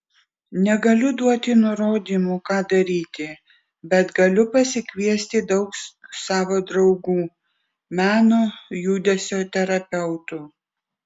negaliu duoti nurodymų ką daryti bet galiu pasikviesti daug savo draugų meno judesio terapeutų